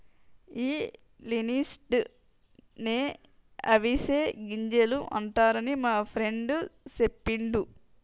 ఈ లిన్సీడ్స్ నే అవిసె గింజలు అంటారని మా ఫ్రెండు సెప్పిండు